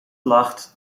lacht